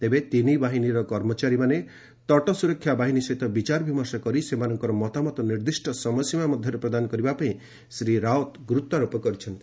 ତେବେ ତିନି ବାହିନୀର କର୍ମଚାରୀମାନେ ତଟସ୍କରକ୍ଷା ବାହିନୀ ସହିତ ବିଚାର ବିମର୍ଶ କରି ସେମାନଙ୍କର ମତାମତ ନିର୍ଦ୍ଦିଷ୍ଟ ସମୟସୀମା ମଧ୍ୟରେ ପ୍ରଦାନ କରିବା ପାଇଁ ଶ୍ରୀ ରାଓ ଗୁରୁତ୍ୱାରୋପ କରିଛନ୍ତି